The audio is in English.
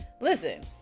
listen